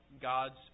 God's